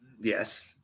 Yes